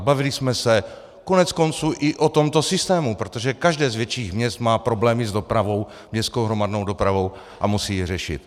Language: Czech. Bavili jsme se koneckonců i o tomto systému, protože každé z větších měst má problémy s dopravou, s městskou hromadnou dopravou a musí ji řešit.